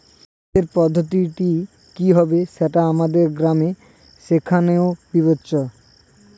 সেচের পদ্ধতিটি কি হবে সেটা আমাদের গ্রামে এখনো বিবেচ্য